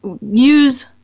use